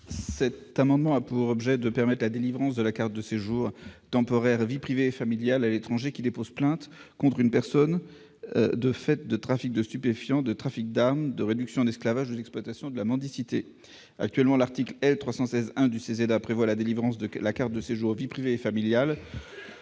Cet amendement a pour objet de permettre la délivrance de la carte de séjour temporaire portant la mention « vie privée et familiale » à l'étranger qui dépose plainte contre une personne pour des faits de trafic de stupéfiants, de trafic d'armes, de réduction en esclavage ou d'exploitation de la mendicité. Actuellement, l'article L. 316-1 du CESEDA prévoit la délivrance de la carte de séjour portant la